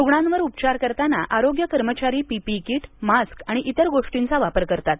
रुग्णावर उपचार करताना आरोग्य कर्मचारी पीपीई किट मास्क आणि इतर गोष्टींचा वापर करतात